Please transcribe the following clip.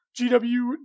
GW